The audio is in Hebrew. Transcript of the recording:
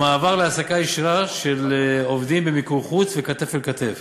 למעבר להעסקה ישירה של עובדים במיקור חוץ ועובדים כתף אל כתף